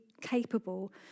capable